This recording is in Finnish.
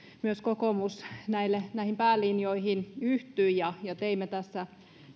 myös kokoomus näihin päälinjoihin yhtyi ja ja teimme tässä